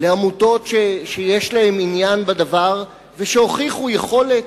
לעמותות שיש להן עניין בדבר ושהוכיחו יכולת.